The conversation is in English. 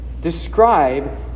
describe